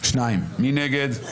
מי נגד?